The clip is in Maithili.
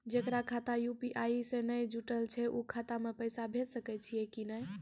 जेकर खाता यु.पी.आई से नैय जुटल छै उ खाता मे पैसा भेज सकै छियै कि नै?